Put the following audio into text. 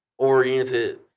Oriented